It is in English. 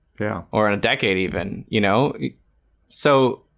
yeah, or and a decade even you know so